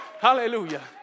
Hallelujah